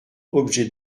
objets